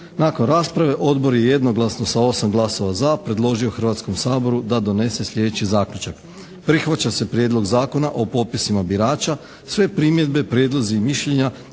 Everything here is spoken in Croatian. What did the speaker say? Nakon rasprave Odbor je jednoglasno sa 8 glasova za predložio Hrvatskom saboru da donese sljedeći zaključak. Prihvaća se Prijedlog Zakona o popisima birača. Sve primjedbe, prijedlozi i mišljenja